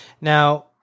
Now